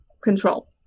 control